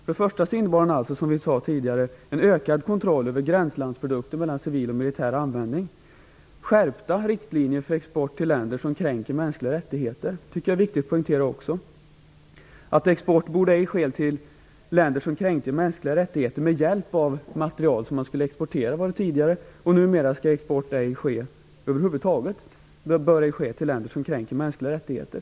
Den innebar alltså, som vi konstaterade tidigare, en ökad kontroll över gränslandsprodukter mellan civil och militär användning och skärpta riktlinjer för export till länder som kränker mänskliga rättigheter. Det tycker jag är viktigt att poängtera. Export borde ej ske till länder som kränker mänskliga rättigheter med hjälp av materiel som man skulle exportera hette det tidigare. Numera skall export ej ske över huvud taget till länder som kränker mänskliga rättigheter.